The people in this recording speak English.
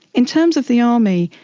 in terms of the army,